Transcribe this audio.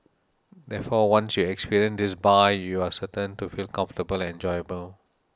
therefore once you experience this bar you are certain to feel comfortable and enjoyable